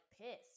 pissed